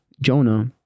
Jonah